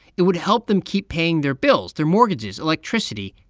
it would help them keep paying their bills, their mortgages, electricity.